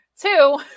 Two